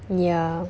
ya